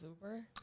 Uber